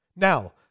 Now